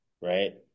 right